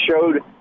showed